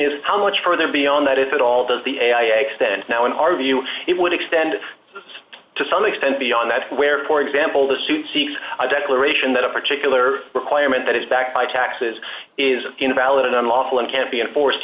is how much further beyond that if it all does the a i x that now in our view it would extend to some extend beyond that where for example the suit seeks a declaration that a particular requirement that is backed by taxes is invalid unlawful and can be enforced